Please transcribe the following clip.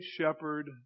shepherd